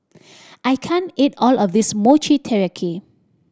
I can't eat all of this Mochi Taiyaki